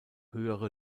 höhere